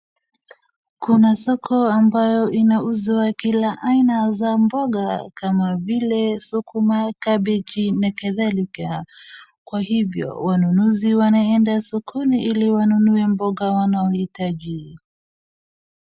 Kuna soko ambayo inauzwa kila aina za mboga kama vile sukuma, kabeji na kadhalika, kwa hivyo wanunuzi wanaenda sokoni ili wanunue mboga wanaohitaji.